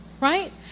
right